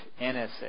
NSA